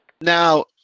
Now